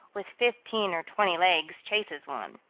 with fifteen or twenty legs, chases one.